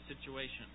situation